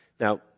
Now